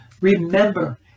Remember